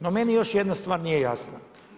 No meni još jedna stvar nije jasna.